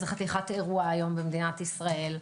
זה חתיכת אירוע במדינת ישראל היום,